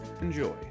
Enjoy